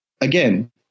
Again